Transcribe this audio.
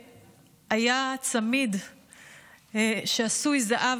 שהיה עליה צמיד שעשוי זהב,